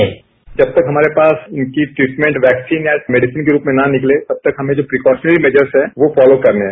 sound bite जब तक हमारे पास इनकी ट्रीटमेंट वैक्सीन या मेडिसन के रूप में ना निकले तब तक हमें जो प्रिकॉशनरी मैजर्स हैं वो फॉलो करने हैं